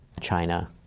China